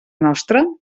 nostra